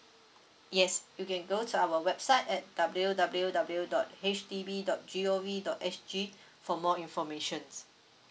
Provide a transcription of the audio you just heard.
yes you can go to our website at W W W dot H D B dot G O V dot S G for more information